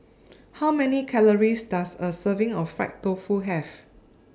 How Many Calories Does A Serving of Fried Tofu Have